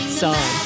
song